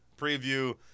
preview